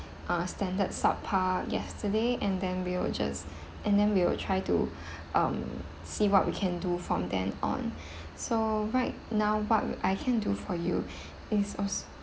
uh standard subpar yesterday and then we'll just and then we'll try to um see what we can do from then on so right now what I can do for you is